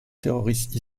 terroriste